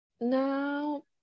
now